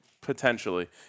Potentially